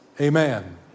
Amen